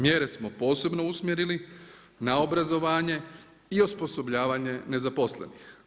Mjere smo posebno usmjerili na obrazovanje i osposobljavanje nezaposlenih.